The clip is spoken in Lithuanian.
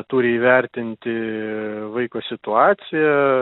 turi įvertinti vaiko situaciją